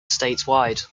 statewide